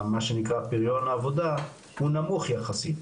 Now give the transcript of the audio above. מה שנקרא פריון העבודה הוא נמוך יחסית,